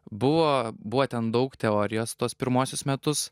buvo buvo ten daug teorijos tuos pirmuosius metus